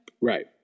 Right